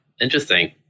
interesting